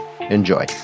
Enjoy